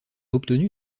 obtenu